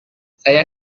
saya